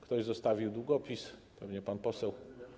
Ktoś zostawił długopis, pewnie pan poseł.